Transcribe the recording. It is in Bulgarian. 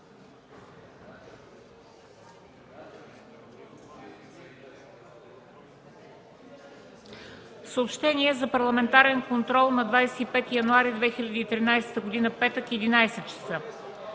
Съобщения за парламентарен контрол на 25 януари 2013 г., петък, 11.00